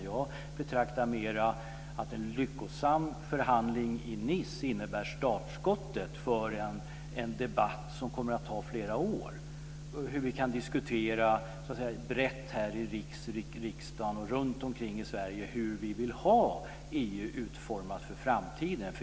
Jag ser det mer så att en lyckosam förhandling i Nice innebär startskottet för en debatt som kommer att ta flera år - en bred debatt i riksdagen och runtom i Sverige om hur vi vill ha EU utformat för framtiden.